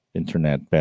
internet